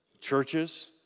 churches